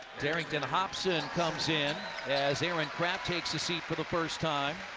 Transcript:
darington hobson comes in as aaron craft takes a seat for the first time.